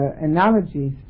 analogies